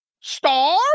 Star